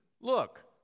Look